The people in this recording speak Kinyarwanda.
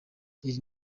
iri